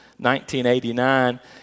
1989